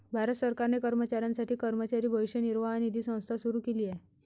भारत सरकारने कर्मचाऱ्यांसाठी कर्मचारी भविष्य निर्वाह निधी संस्था सुरू केली आहे